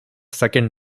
second